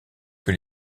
que